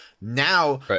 Now